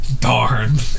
Darn